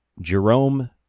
Jerome